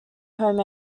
home